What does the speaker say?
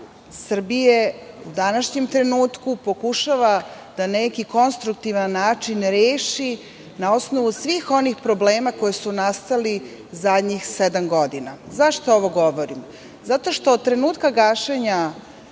Srbije, u današnjem trenutku, pokušava na neki konstruktivan način da reši, a na osnovu svih onih problema koji su nastali zadnjih sedam godina.Zašto ovo govorim? Zato što od trenutka gašenja